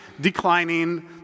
declining